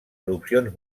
erupcions